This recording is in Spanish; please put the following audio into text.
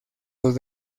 los